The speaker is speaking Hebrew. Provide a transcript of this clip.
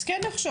אז כן נחשוב.